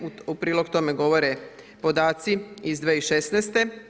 U prilog tome govore podaci iz 2016.